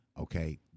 okay